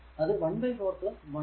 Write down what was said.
അത് 1 4 1